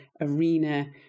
arena